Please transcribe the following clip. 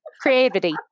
creativity